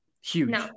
huge